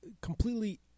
completely